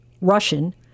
Russian